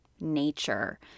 nature